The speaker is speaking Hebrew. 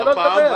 תן לו לדבר.